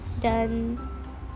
done